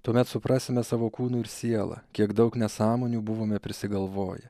tuomet suprasime savo kūnu ir siela kiek daug nesąmonių buvome prisigalvoję